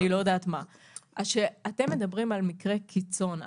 אתם מדברים על מקרי קיצון.